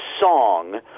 song